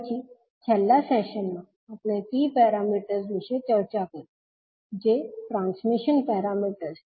પછી છેલ્લા સેશન માં આપણે T પેરામીટર્સ વિશે ચર્ચા કરી છે જે ટ્રાન્સમિશન પેરામીટર્સ છે